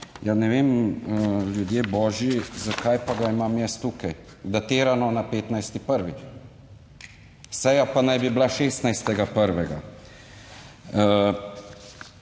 ne vem, ljudje božji, zakaj pa ga imam jaz tukaj, datirano na 15. 1., seja pa naj bi bila 16. 1.